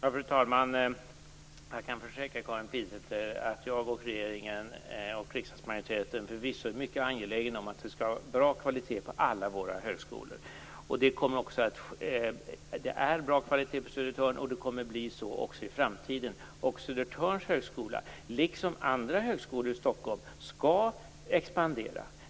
Fru talman! Jag kan försäkra Karin Pilsäter att jag och regeringen och riksdagsmajoriteten förvisso är mycket angelägna om att det skall vara bra kvalitet på alla högskolor. Det är bra kvalitet på Södertörn, och det kommer att bli så också i framtiden. Södertörns högskola, liksom andra högskolor i Stockholm, skall expandera.